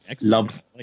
loves